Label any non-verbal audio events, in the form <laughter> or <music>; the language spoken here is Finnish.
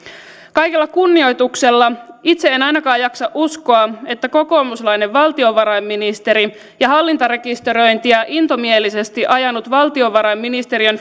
kaikella kunnioituksella itse en ainakaan jaksa uskoa että kokoomuslainen valtiovarainministeri ja hallintarekisteröintiä intomielisesti ajanut valtiovarainministeriön <unintelligible>